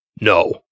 No